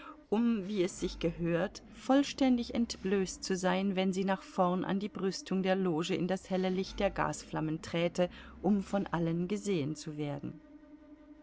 um wie es sich gehört vollständig entblößt zu sein wenn sie nach vorn an die brüstung der loge in das helle licht der gasflammen träte um von allen gesehen zu werden